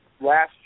last